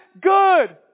Good